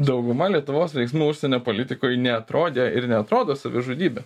dauguma lietuvos veiksmų užsienio politikoj neatrodė ir neatrodo savižudybė